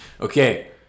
Okay